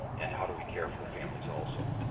and how do we care for the families also.